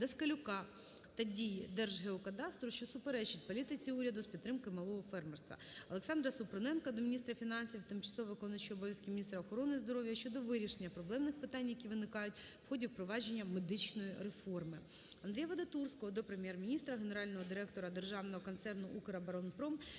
Даскалюка та дій Держгеокадастру, що суперечать політиці Уряду з підтримки малого фермерства. Олександра Супруненка до міністра фінансів, тимчасово виконуючої обов'язки міністра охорони здоров'я України щодо вирішення проблемних питань, які виникають в ході впровадження медичної реформи. Андрія Вадатурського до Прем'єр-міністра, генерального директора Державного концерну «Укроборонпром»,